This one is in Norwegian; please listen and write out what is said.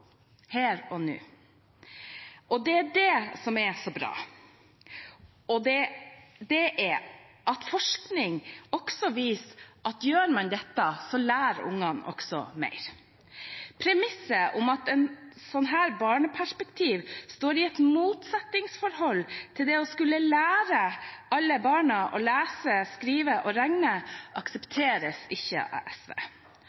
her og nå. Det som er så bra, er at forskning viser at gjør man dette, lærer ungen også mer. Premisset om at et slikt barneperspektiv står i et motsetningsforhold til det å skulle lære alle barn å lese, skrive og regne,